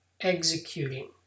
executing